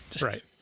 Right